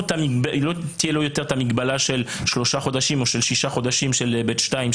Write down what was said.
לא תהיה לו יותר את המגבלה של שלושה חודשים או של שישה חודשים של ב'2,